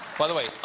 by the way,